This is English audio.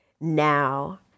now